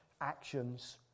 actions